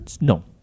No